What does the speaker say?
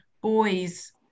boys